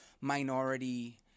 minority